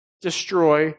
destroy